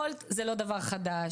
וולט זה לא דבר חדש,